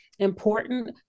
important